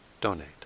donate